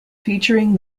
featuring